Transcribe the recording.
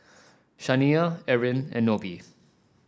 Shaniya Erin and Nobie